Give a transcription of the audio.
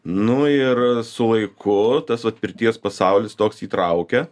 nu ir su laiku tas vat pirties pasaulis toks įtraukia